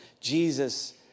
Jesus